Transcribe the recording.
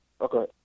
okay